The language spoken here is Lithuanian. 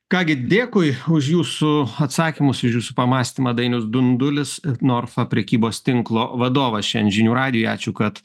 ką gi dėkui už jūsų atsakymus už jūsų pamąstymą dainius dundulis norfa prekybos tinklo vadovas šiandien žinių radijuj ačiū kad